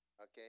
Okay